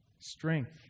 Strength